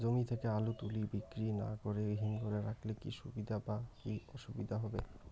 জমি থেকে আলু তুলে বিক্রি না করে হিমঘরে রাখলে কী সুবিধা বা কী অসুবিধা হবে?